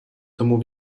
tomu